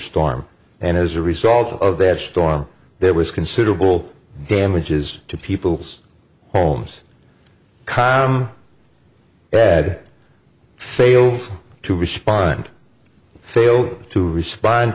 storm and as a result of that storm there was considerable damages to people's homes bad fails to respond failed to respond